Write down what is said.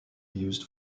used